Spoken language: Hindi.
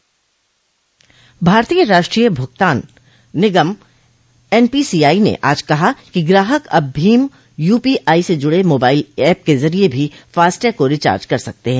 भारतीय राष्ट्रीय भुगतान निगम एन पी सी आई ने आज कहा कि ग्राहक अब भीम यूपीआई से जुड़े मोबाइल एप के जरिये भी फास्टैग को रिचार्ज कर सकते हैं